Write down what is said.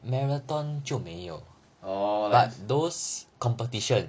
orh